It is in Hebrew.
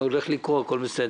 והכול בסדר.